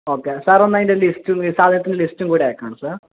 okay sir ഒന്നു അതിൻ്റെ list സാധനത്തിൻ്റെ ലിസ്റ്റും കൂടി അയക്കാമോ സർ